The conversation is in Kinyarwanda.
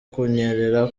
kunyerera